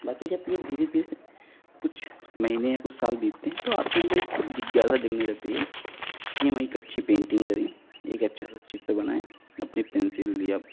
बाकी जब यह धीरे धीरे कुछ महीने या कुछ साल बीतते हैं तो आपके अंदर एक खुद जिज्ञासा जागने लगती है कि मैं एक अच्छी पेंटिंग करें एक अच्छा सा चित्र बनाए अपने पेंसिल या